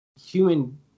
human